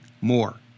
more